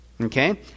okay